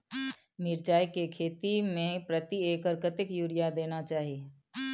मिर्चाय के खेती में प्रति एकर कतेक यूरिया देना चाही?